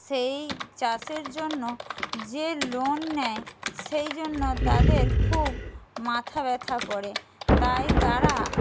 সেই চাষের জন্য যে লোন নেয় সেই জন্য তাদের খুব মাথা ব্যথা করে তাই তারা